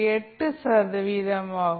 8 சதவீதமாகும்